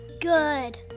Good